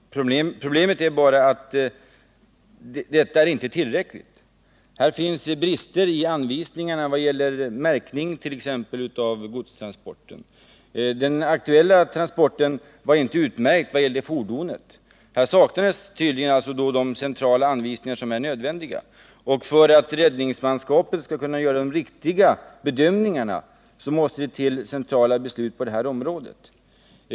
Herr talman! Problemet är bara att detta inte är tillräckligt. Det finns brister i anvisningarna, t.ex. när det gäller märkning av godstransporter. Vid den aktuella transporten saknade fordonet märkning, tydligen beroende på avsaknaden av de centrala anvisningar som är nödvändiga. För att räddningsmanskapet skall kunna göra de riktiga bedömningarna måste det till centrala beslut och anvisningar på detta område.